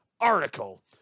article